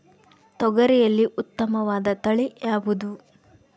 ತೊಗರಿಯಲ್ಲಿ ಉತ್ತಮವಾದ ತಳಿ ಯಾವುದು?